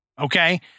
Okay